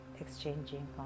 exchanging